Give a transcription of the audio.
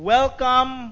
Welcome